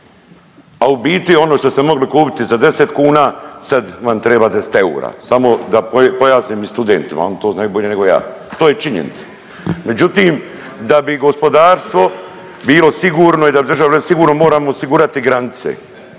a u biti ono što ste mogli kupiti za 10 kuna sad vam treba 10 eura, samo da pojasnim i studentima, oni to znaju bolje nego ja, to je činjenica. Međutim, da bi gospodarstvo bilo sigurno i da bi država bila sigurna moramo osigurati granice.